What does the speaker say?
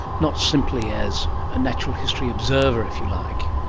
not simply as a natural history observer, if you like.